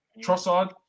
Trossard